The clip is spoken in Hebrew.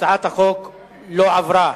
הצעת החוק לא עברה.